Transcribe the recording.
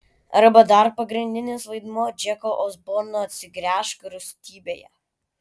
arba dar pagrindinis vaidmuo džeko osborno atsigręžk rūstybėje